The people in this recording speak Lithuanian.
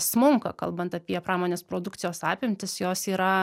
smunka kalbant apie pramonės produkcijos apimtis jos yra